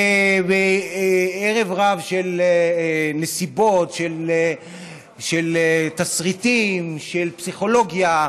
ערב רב של נסיבות, של תסריטים, של פסיכולוגיה,